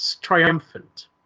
triumphant